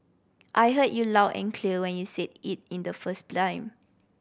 I heard you loud and clear when you said it in the first